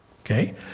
Okay